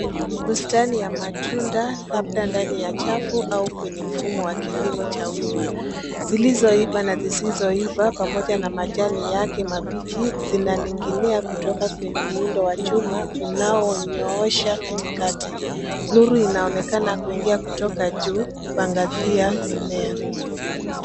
Bustani ya matunda labda ndani ya chafu au kwenye mfumo wa kilimo cha wima. Zilizoiva na zisizoiva pamoja na majani yake mabichi, zinaning'inia kutoka kwenye muundo wa chuma unaonyoosha katikati. Nuru inaonekana kuingia kutoka juu kuangazia mimea.